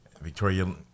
Victoria